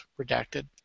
Redacted